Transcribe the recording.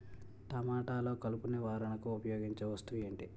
టమాటాలో కలుపు నివారణకు ఉపయోగించే వస్తువు ఏంటి?